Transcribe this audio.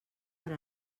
per